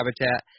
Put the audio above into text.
Habitat